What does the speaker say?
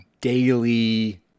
daily